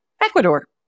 Ecuador